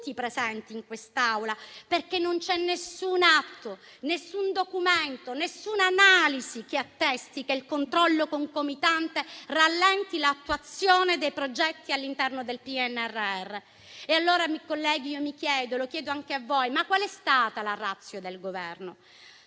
tutti i presenti in quest'Aula, perché non c'è alcun atto, alcun documento, alcuna analisi che attesti che il controllo concomitante rallenti l'attuazione dei progetti all'interno del PNRR. Allora, colleghi, mi chiedo e domando anche a voi: qual è stata la *ratio* del Governo?